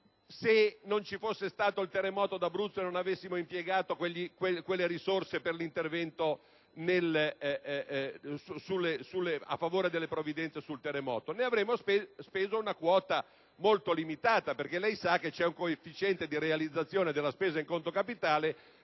se non ci fosse stato il terremoto d'Abruzzo e non avessimo impiegato quelle risorse per l'intervento a favore delle provvidenze sul terremoto? Ne avremmo speso una quota molto limitata perché lei sa che c'è un coefficiente di realizzazione della spesa in conto capitale